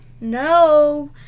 no